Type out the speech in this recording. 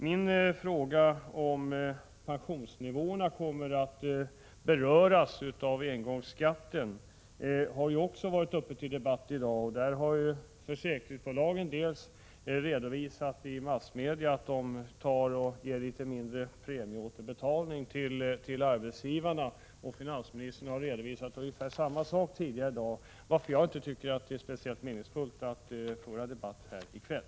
Min fråga huruvida pensionsnivåerna kommer att beröras av engångsskatten har också varit uppe till debatt i dag. Försäkringsbolagen har i massmedia redovisat att deras premieåterbetalning till arbetsgivarna blir litet mindre. Ungefär samma sak har finansministern tidigare i dag redovisat, varför jag inte tycker att det är speciellt meningsfullt att föra den debatten här i kväll.